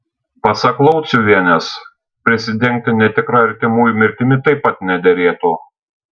pasak lauciuvienės prisidengti netikra artimųjų mirtimi taip pat nederėtų